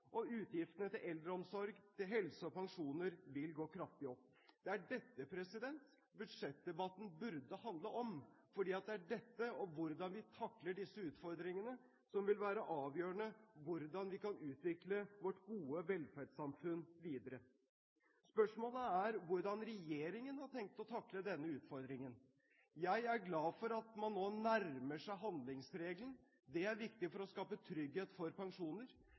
og utgiftene til eldreomsorg, til helse og til pensjoner vil gå kraftig opp. Det er dette budsjettdebatten burde handle om, for det er dette og hvordan vi takler disse utfordringene, som vil være avgjørende for hvordan vi kan utvikle vårt gode velferdssamfunn videre. Spørsmålet er hvordan regjeringen har tenkt å takle denne utfordringen. Jeg er glad for at man nå nærmer seg handlingsregelen. Det er viktig for å skape trygghet for pensjoner.